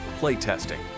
playtesting